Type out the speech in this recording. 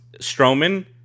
Strowman